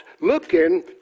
looking